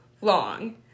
long